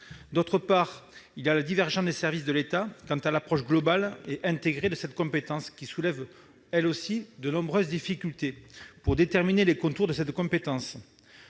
d'autre part, la divergence des services de l'État quant à l'approche globale et intégrée de cette compétence soulève des difficultés pour déterminer les contours de cette compétence.